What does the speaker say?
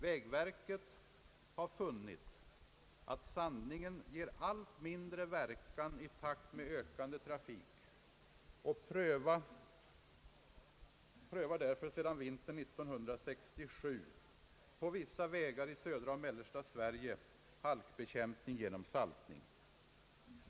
Vägverket har funnit att sandningen ger allt mindre verkan i takt med ökande trafik och prövar därför sedan vintern 1967 på vissa vägar i södra och mellersta Sverige halkbekämpning genom saltning.